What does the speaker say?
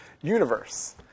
Universe